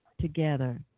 together